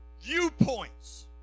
viewpoints